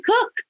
cook